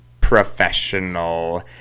professional